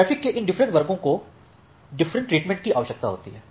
traffic के इन different वर्गों को डिफरेंट ट्रीटमेंट की आवश्यकता होती है